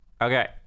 Okay